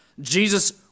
Jesus